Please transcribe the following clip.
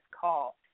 call